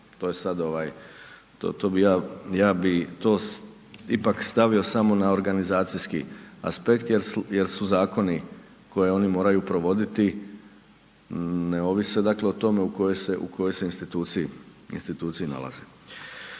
ili u ministarstvima, ja bi to ipak stavio samo na organizacijski aspekt jer su zakoni koje oni moraju provoditi ne ovise dakle o tome u kojoj se instituciji nalaze.